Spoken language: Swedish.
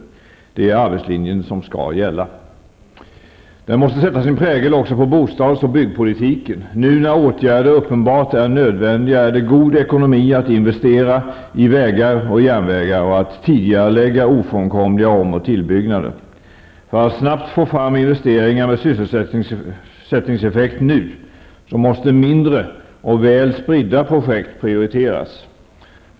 Det är arbetslinjen som skall gälla. Den måste sätta sin prägel också på bostads och byggpolitiken. Nu, när åtgärder uppenbart är nödvändiga, är det god ekonomi att investera i vägar och järnvägar och att tidigarelägga ofrånkomliga om och tillbyggnader. För att nu snabbt få fram investeringar med sysselsättningseffekt, måste mindre och väl spridda projekt prioriteras.